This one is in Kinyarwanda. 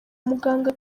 muganga